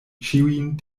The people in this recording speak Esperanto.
ĉiujn